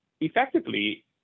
effectively